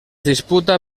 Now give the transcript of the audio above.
disputa